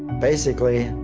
basically,